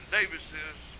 Davis's